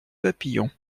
papillon